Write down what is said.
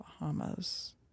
Bahamas